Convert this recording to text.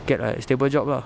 get like a stable job lah